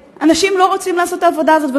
שאנשים לא רוצים לעשות את העבודה הזאת.